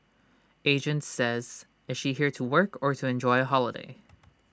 agent says is she here to work or to enjoy A holiday